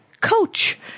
coach